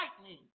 lightning